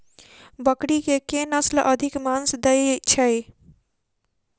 बकरी केँ के नस्ल अधिक मांस दैय छैय?